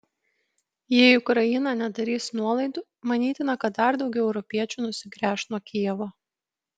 jei ukraina nedarys nuolaidų manytina kad dar daugiau europiečių nusigręš nuo kijevo